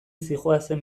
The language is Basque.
zihoazen